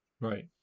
Right